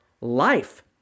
Life